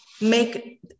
make